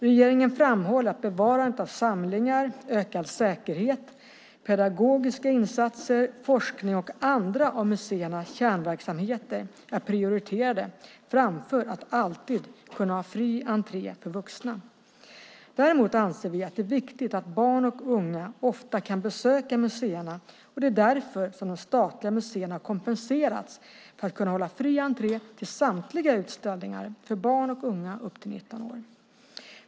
Regeringen framhåller att bevarande av samlingar, ökad säkerhet, pedagogiska insatser, forskning och andra av museernas kärnverksamheter är prioriterade framför att alltid kunna ha fri entré för vuxna. Däremot anser vi att det är viktigt att barn och unga ofta kan besöka museerna och det är därför som de statliga museerna har kompenserats för att kunna hålla fri entré till samtliga utställningar för barn och unga upp till 19 år.